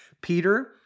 Peter